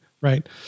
right